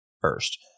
first